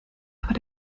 aber